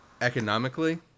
economically